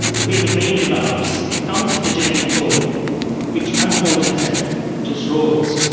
the way the brain develops it comes with a genetic code which unfolds itself, it just rolls,